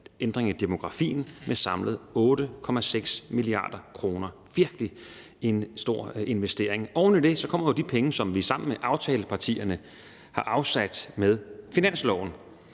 ændring i demografien med samlet 8,6 mia. kr. – virkelig en stor investering. Oven i det kommer de penge, som vi sammen med aftalepartierne har afsat med finansloven.